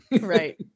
right